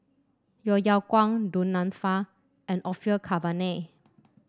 Yeo Yeow Kwang Du Nanfa and Orfeur Cavenagh